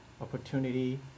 opportunity